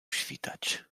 świtać